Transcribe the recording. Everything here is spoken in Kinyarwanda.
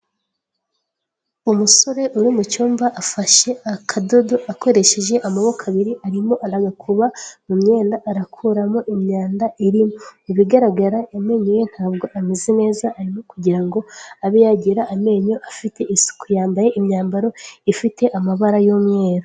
Umusore uri mucyumba afashe akadodo akoresheje amaboko abiri arimo aragakuna mu myenda arakuramo imyanda, mu b'ibigaragara amenyo ye ntabwo ameze neza arimo kugira ngo abe yagira amenyo afite isuku yambaye imyambaro ifite amabara y'umweru.